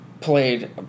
played